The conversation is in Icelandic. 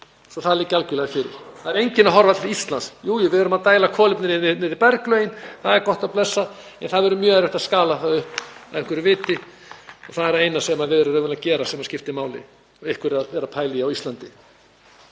svo að það liggi algerlega fyrir. Það er enginn að horfa til Íslands. Jú, jú, við erum að dæla kolefni niður í berglögin, það er gott og blessað en það verður mjög erfitt að skala það upp af einhverju viti. Það er það eina sem við erum að gera sem skiptir máli og einhver er að pæla í á Íslandi.